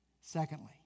Secondly